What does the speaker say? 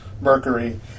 Mercury